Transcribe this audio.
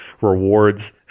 rewards